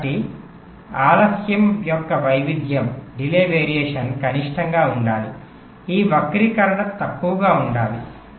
కాబట్టి ఆలస్యం వైవిధ్యం కనిష్టంగా ఉండాలి ఈ వక్రీకరణ తక్కువగా ఉండాలి